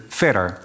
verder